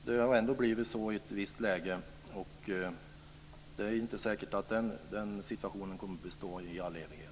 Det har ändå blivit så i ett visst läge, men det är inte säkert att den situationen kommer att bestå i all evighet.